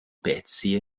pezzi